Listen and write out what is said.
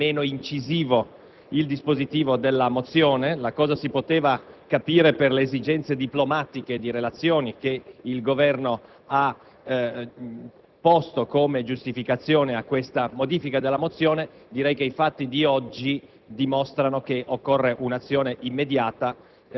nell'esprimere rincrescimento sul fatto che il Governo avesse reso meno incisivo il dispositivo della mozione. Ciò si poteva capire per le esigenze diplomatiche e per le relazioni, che il Governo ha posto come giustificazione a questa modifica della mozione. Tuttavia, i fatti di oggi